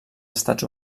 estats